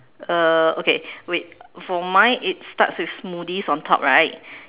uh okay wait for mine it starts with smoothies on top right